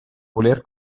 voler